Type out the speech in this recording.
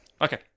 Okay